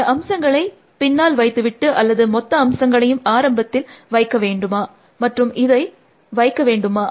பழைய அம்சங்களை பின்னால் வைத்து விட்டு அல்லது மொத்த அம்சங்களையும் ஆரம்பத்தில் வைக்க வேண்டுமா மற்றும் இதை Refer Time 2612 வைக்க வேண்டுமா